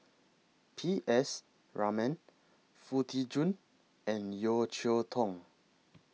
P S Raman Foo Tee Jun and Yeo Cheow Tong